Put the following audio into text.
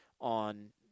on